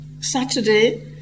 Saturday